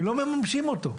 הם לא מממשים אותו.